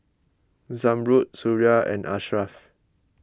Zamrud Suria and Ashraff